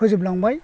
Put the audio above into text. फोजोबलांबाय